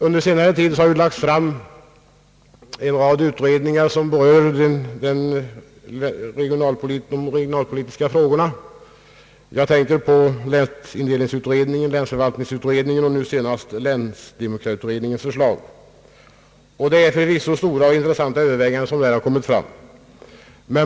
Under senare tid har en rad utredningar lagts fram som berör de regionalpolitiska frågorna. Jag tänker på länsindelningsutredningen, länsförvaltningsutredningen och nu senast länsdemokratiutredningens förslag. Det är förvisso stora och intressanta Ööverväganden som här har kommit fram.